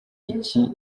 iki